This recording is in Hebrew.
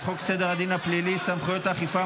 חוק סדר הדין הפלילי (סמכויות אכיפה,